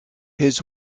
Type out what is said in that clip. his